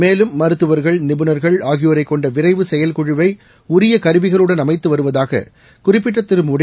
மேலும் மருத்துவர்கள் நிபுணர்கள் ஆகியோரைக் கொண்ட விரைவு செயல்குழுவை உரிய கருவிகளுடன் அமைத்து வருவதாக குறிப்பிட்ட திரு மோடி